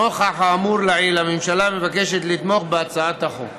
נוכח האמור לעיל, הממשלה מבקשת לתמוך בהצעת החוק.